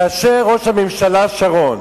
כאשר ראש הממשלה שרון